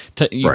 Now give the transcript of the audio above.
Right